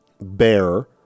bear